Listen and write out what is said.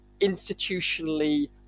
institutionally